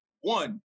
One